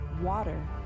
Water